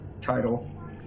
title